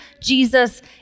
Jesus